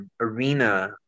Arena